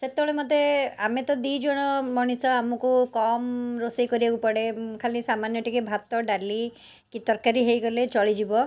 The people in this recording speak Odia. ସେତେବେଳେ ମୋତେ ଆମେ ତ ଦୁଇଜଣ ମଣିଷ ଆମକୁ କମ୍ ରୋଷେଇ କରିବାକୁ ପଡ଼େ ଖାଲି ସାମାନ୍ୟ ଟିକେ ଭାତ ଡାଲି କି ତରକାରୀ ହେଇଗଲେ ଚଳିଯିବ